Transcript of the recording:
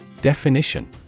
Definition